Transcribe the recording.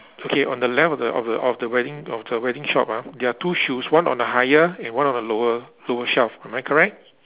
okay on the left of the of the of the wedding of the wedding shop ah there are two shoes one on the higher and one on the lower lower shelf am I correct